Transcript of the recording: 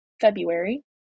February